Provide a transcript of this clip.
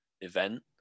event